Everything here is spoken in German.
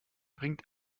bringt